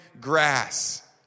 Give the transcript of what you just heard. grass